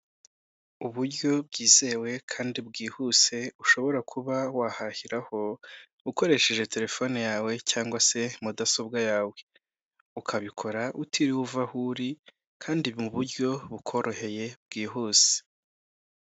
Abagore basaga bane ndetse n'umugabo wambaye ikoti ry'umukara, ishati ndetse na karuvati bicaye mu ntebe z'umukara imbere yabo hari ibintu byinshi bitandukanye nk'uducupa tw'amazi, mudasobwa ndetse n'utwuma ndangururamajwi, inyuma yabo hari ibendera ry'u Rwanda ndetse n'ibendera ry'ikirango cy'igihugu cy'u Rwanda.